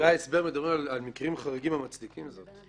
בדברי ההסבר מדברים על מקרים חריגים שמצדיקים זאת.